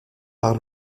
par